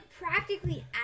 practically